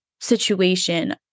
situation